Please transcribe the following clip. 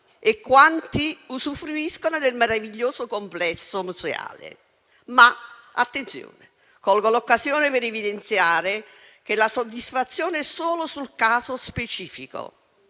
e quanti usufruiscono del meraviglioso complesso museale. Attenzione: colgo l'occasione per evidenziare che la soddisfazione è solo sul caso specifico,